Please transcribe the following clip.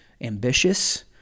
ambitious